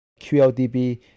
QLDB